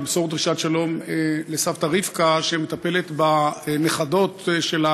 למסור דרישת שלום לסבתא רבקה שמטפלת בנכדות שלה